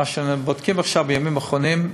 עכשיו, בימים האחרונים,